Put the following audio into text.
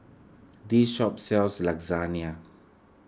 this shop sells Lasagna